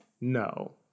No